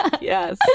yes